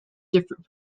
different